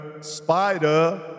Spider